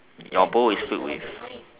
your bowl is filled with